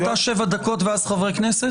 שאתה מדבר שבע דקות ואז חברי הכנסת?